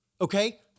okay